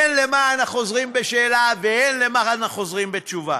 הן למען החוזרים בשאלה והן למען החוזרים בתשובה,